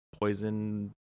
poison